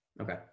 Okay